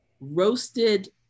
Roasted